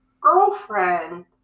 girlfriend